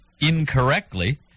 incorrectly